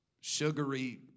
sugary